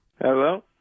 Hello